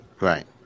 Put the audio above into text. Right